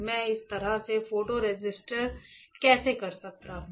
मैं इस तरह से फोटो रेसिस्ट कैसे कर सकता हूं